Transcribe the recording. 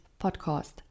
podcast